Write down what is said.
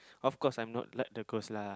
of course I'm not like the ghost lah